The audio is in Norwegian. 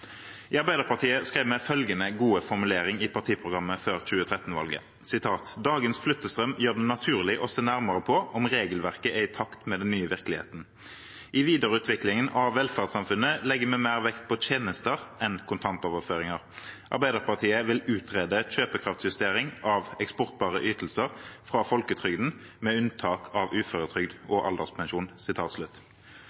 I Arbeiderpartiet skrev vi følgende gode formulering i partiprogrammet før 2013-valget: «Dagens flyttestrømmer gjør det naturlig å se nærmere på om regelverket er i takt med den nye virkeligheten. I videreutviklingen av velferdssamfunnet legger vi mer vekt på tjenester enn kontantoverføringer. Arbeiderpartiet vil utrede kjøpekraftsjustering av eksportbare ytelser fra folketrygden, med unntak av uføretrygd